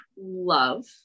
love